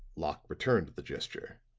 locke returned the gesture.